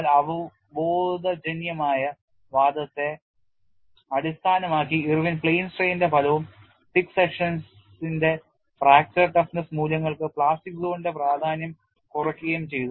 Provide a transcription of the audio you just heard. എന്നാൽ അവബോധജന്യമായ വാദത്തെ അടിസ്ഥാനമാക്കി ഇർവിൻ plane strain ന്റെ ഫലവും thick sections ന്റെ ഫ്രാക്ചർ toughness മൂല്യങ്ങൾക്ക് പ്ലാസ്റ്റിക് സോണിന്റെ പ്രാധാന്യം കുറക്കുകയും ചെയ്തു